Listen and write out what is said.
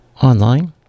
Online